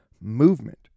movement